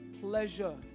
pleasure